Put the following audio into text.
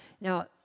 now